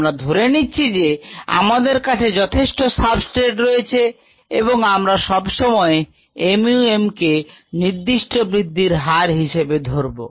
আমরা ধরে নিচ্ছি যে আমাদের কাছে যথেষ্ট সাবস্ট্রেট রয়েছে এবং আমরা সব সময় mu m কে নির্দিষ্ট বৃদ্ধির হার হিসেবে ধরবো